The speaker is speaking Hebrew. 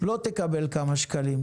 לא תקבל כמה שקלים.